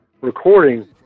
recording